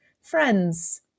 friends